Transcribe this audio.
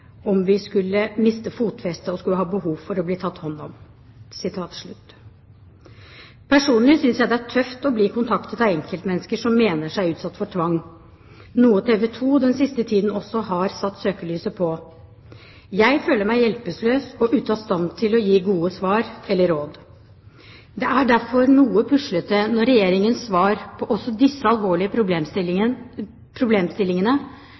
om vi skulle miste fotfestet og skulle ha behov for å bli tatt hånd om.» Personlig synes jeg det er tøft å bli kontaktet av enkeltmennesker som mener seg utsatt for tvang, noe TV 2 den siste tiden også har satt søkelyset på. Jeg føler meg hjelpeløs og ute av stand til å gi gode svar eller råd. Det er derfor noe puslete når Regjeringens svar på også disse alvorlige problemstillingene